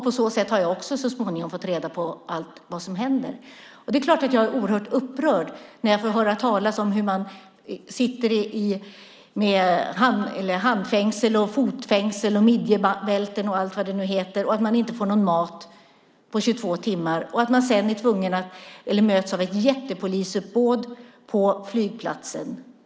På så sätt har jag också så småningom fått redan på allt som händer. Det är klart att jag blir oerhört upprörd när jag får höra talas om hur dessa människor sitter med handfängsel, fotfängsel, midjebälten och allt vad det heter och att de inte får någon mat på 22 timmar och sedan möts av ett jättepolisuppbåd på flygplatsen.